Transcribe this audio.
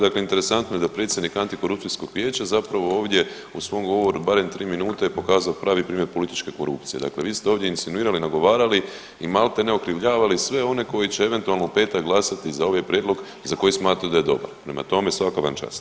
Dakle interesantno je da predsjednik Antikorupcijskog vijeća zapravo ovdje u svom govoru barem 3 minute je pokazao pravi primjer političke korupcije, dakle vi ste ovdje insinuirali i nagovarali i maltene okrivljavali sve one koji će eventualno u petak glasati za ovaj prijedlog za koji smatraju da je dobar, prema tome, svaka vam čast.